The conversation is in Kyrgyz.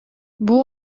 бул